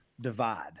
divide